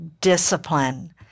discipline